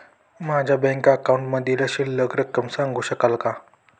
माझ्या बँक अकाउंटमधील शिल्लक रक्कम सांगू शकाल का?